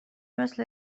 مثل